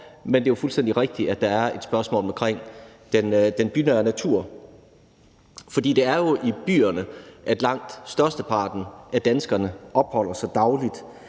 Men det er fuldstændig rigtigt, at der er et spørgsmål omkring den bynære natur. For det er jo i byerne, at langt størsteparten af danskerne opholder sig dagligt.